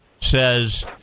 says